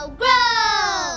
grow